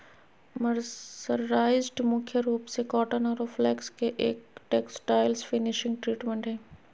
mercerised मुख्य रूप से कॉटन आरो फ्लेक्स ले एक टेक्सटाइल्स फिनिशिंग ट्रीटमेंट हई